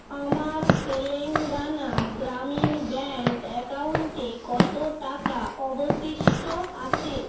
আমার তেলেঙ্গানা গ্রামীণ ব্যাঙ্ক অ্যাকাউন্টে কত টাকা অবশিষ্ট আছে